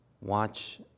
watch